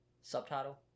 subtitle